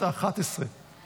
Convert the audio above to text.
בת 11,